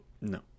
no